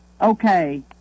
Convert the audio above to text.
okay